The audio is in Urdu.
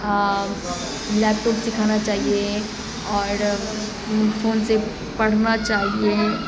لیپٹاپ سکھانا چاہیے اور فون سے پڑھنا چاہیے